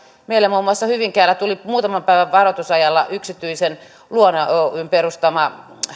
muun muassa meille hyvinkäälle tuli muutaman päivän varoitusajalla yksityisen luona oyn perustama